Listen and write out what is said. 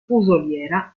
fusoliera